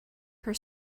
her